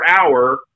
hour